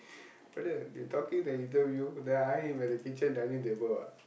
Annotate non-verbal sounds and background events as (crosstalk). (breath) brother they talking the interview then I am in the kitchen dining table what